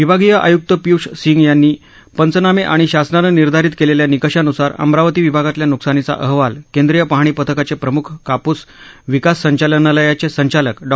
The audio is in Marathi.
विभागीय आयुक्त पियूष सिंह यांनी पंचनामे आणि शासनानं निर्धारीत केलेल्या निकषान्सार अमरावती विभागातल्या नुकसानीचा अहवाल केंद्रीय पाहणी पथकाचे प्रम्ख काप्स विकास संचालनालयाचे संचालक डॉ